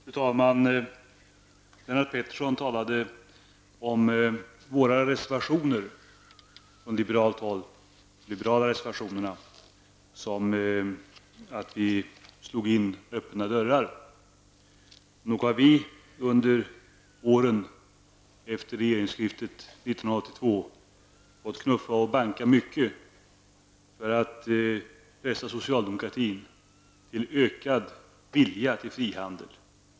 Fru talman! Lennart Pettersson talade om att vi, genom de reservationer som vi liberaler står bakom, slår in öppna dörrar. Nog har vi under åren efter regeringsskiftet 1982 fått knuffa och banka mycket för att pressa socialdemokratin till ökad vilja till frihandel.